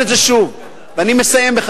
אני אומר את שוב,